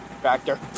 Factor